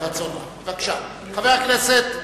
חבר הכנסת לוין,